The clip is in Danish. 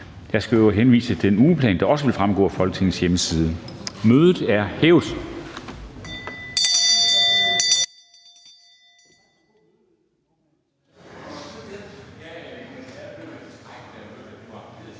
Jeg skal i øvrigt henvise til den ugeplan, der også vil fremgå af Folketingets hjemmeside. Mødet er hævet.